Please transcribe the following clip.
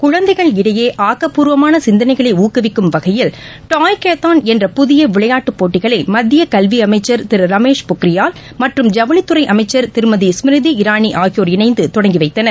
குழந்தைகள் இடையே ஆக்கப்பூர்வமான சிந்தனைகளை ஊக்குவிக்கும் வகையில் டாய்கத்தான் என்ற புதிய விளையாட்டுப் போட்டிகளை மத்திய கல்வி அமைச்சர் திரு ரமேஷ் பொக்ரியால் மற்றும் ஜவுளித்துறை அமைச்சர் திருமதி ஸ்மிருதி இரானி ஆகியோர் இணைந்து தொடங்கி வைத்தனர்